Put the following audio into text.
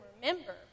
remember